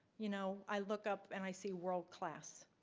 you know, i look up and i see world class.